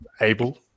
able